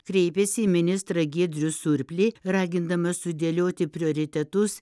kreipėsi į ministrą giedrių surplį ragindama sudėlioti prioritetus